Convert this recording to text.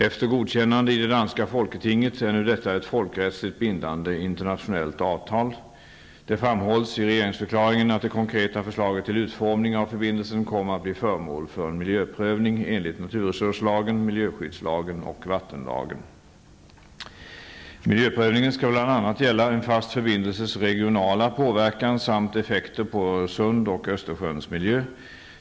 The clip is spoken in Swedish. Efter godkännande i det danska folketinget är nu detta ett folkrättsligt bindande internationellt avtal. Det framhålls i regeringsförklaringen att det konkreta förslaget till utformning av förbindelsen kommer att bli föremål för en miljöprövning enligt naturresurslagen, miljöskyddslagen och vattenlagen. Miljöprövningen skall bl.a. gälla en fast förbindelses regionala påverkan samt effekter på Öresund och Östersjöns miljö.